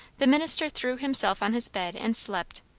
the minister threw himself on his bed and slept,